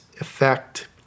effect